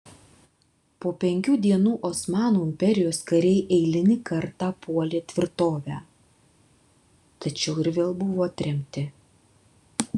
po penkių dienų osmanų imperijos kariai eilinį kartą puolė tvirtovę tačiau ir vėl buvo atremti